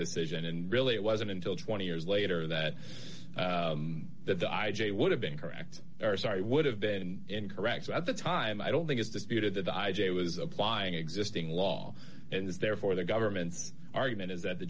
decision and really it wasn't until twenty years later that that the i j a would have been correct or sorry would have been correct at the time i don't think it's disputed that the i j a was applying existing law and is therefore the government's argument is that the